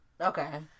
Okay